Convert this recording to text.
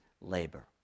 labor